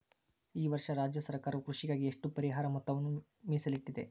ಈ ವರ್ಷ ರಾಜ್ಯ ಸರ್ಕಾರವು ಕೃಷಿಗಾಗಿ ಎಷ್ಟು ಪರಿಹಾರ ಮೊತ್ತವನ್ನು ಮೇಸಲಿಟ್ಟಿದೆ?